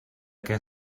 què